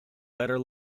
better